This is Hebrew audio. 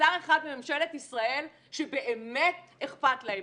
ושר אחד בממשלת ישראל שבאמת אכפת להם.